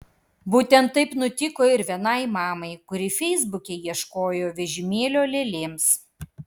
būtent taip nutiko ir vienai mamai kuri feisbuke ieškojo vežimėlio lėlėms